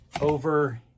over